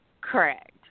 Correct